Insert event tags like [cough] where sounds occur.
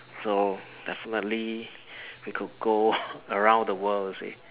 so definitely we could go [laughs] around the world you see